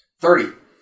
Thirty